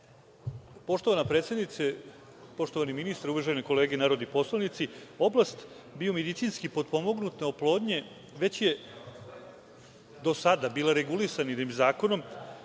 porodicu. Poštovana predsednice, poštovani ministri, uvažene kolege narodni poslanici, oblast biomedicinski potpomognute oplodnje već je do sada bila regulisana jednim zakonom